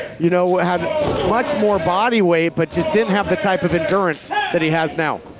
you know had much more body weight, but just didn't have the type of endurance that he has now.